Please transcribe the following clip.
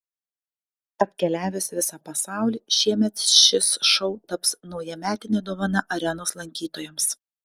apkeliavęs visą pasaulį šiemet šis šou taps naujametine dovana arenos lankytojams